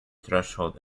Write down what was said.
threshold